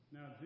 Now